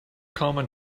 common